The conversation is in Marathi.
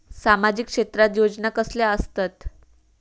सामाजिक क्षेत्रात योजना कसले असतत?